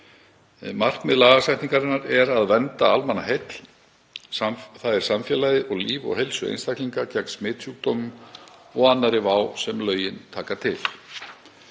Markmið lagasetningarinnar er að vernda almannaheill, þ.e. vernda samfélagið og líf og heilsu einstaklinga gegn smitsjúkdómum og annarri vá sem lögin taka til.